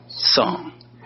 song